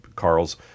Carl's